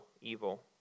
evil